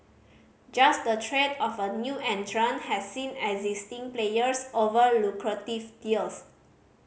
just the threat of a new entrant has seen existing players over lucrative deals